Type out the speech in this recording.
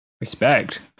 Respect